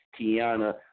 Tiana